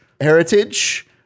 heritage